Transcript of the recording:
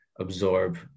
absorb